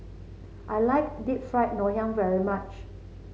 I like Deep Fried Ngoh Hiang very much